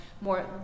more